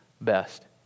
best